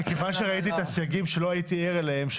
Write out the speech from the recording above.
ראיתי את הסייגים שלא הייתי ער להם,